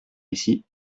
ici